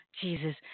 Jesus